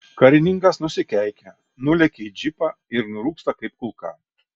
karininkas nusikeikia nulekia į džipą ir nurūksta kaip kulka